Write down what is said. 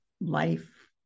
life